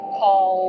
call